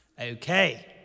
Okay